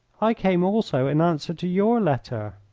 i came also in answer to your letter.